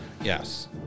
Yes